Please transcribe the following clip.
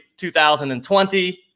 2020